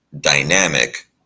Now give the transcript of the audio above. dynamic